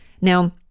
Now